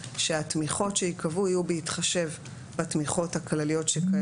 שהתמיכות שייקבעו יהיו בהתחשב בתמיכות הכלליות שקיימות,